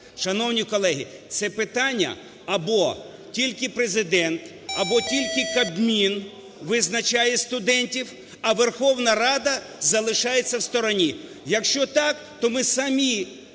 Шановні колеги, це питання або тільки Президент, або тільки Кабмін визначає студентів, а Верховна Рада залишається в стороні. Якщо так, то ми самі